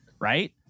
Right